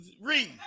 Read